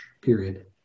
period